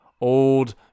old